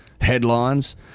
headlines